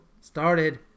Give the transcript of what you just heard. Started